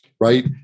right